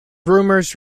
rumors